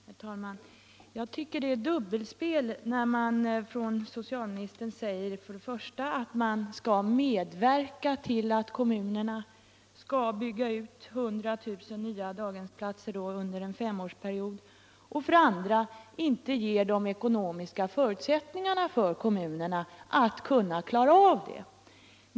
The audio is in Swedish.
Herr talman! Jag tycker att det är dubbelspel när man, som socialministern göf, först säger att regeringen kommer att medverka till att kommunerna bygger ut 100 000 daghemsplatser under en femårsperiod och sedan inte ger de ekonomiska förutsättningarna för kommunerna att kunna klara av det.